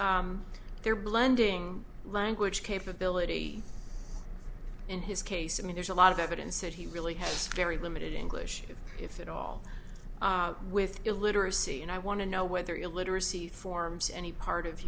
they're blending language capability in his case i mean there's a lot of evidence that he really has very limited english if at all with illiteracy and i want to know whether illiteracy forms any part of